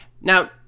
Now